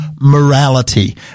morality